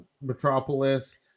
Metropolis